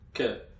Okay